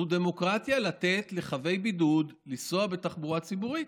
זו דמוקרטיה לתת לחבי בידוד לנסוע בתחבורה ציבורית.